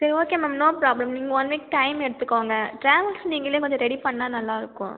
சரி okay ma'am no problem நீங்கள் one week time எடுத்துக்கோங்க ட்ராவல்ஸ் நீங்களே கொஞ்சம் ரெடி பண்ணால் நல்லாயிருக்கும்